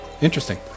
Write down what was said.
Interesting